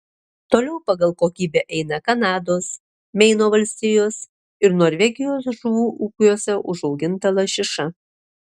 toliau pagal kokybę eina kanados meino valstijos ir norvegijos žuvų ūkiuose užauginta lašiša